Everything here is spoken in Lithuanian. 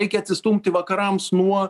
reikia atsistumti vakarams nuo